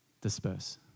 disperse